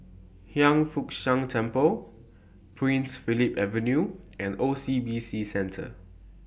Hiang Foo Siang Temple Prince Philip Avenue and O C B C Centre